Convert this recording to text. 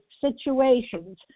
Situations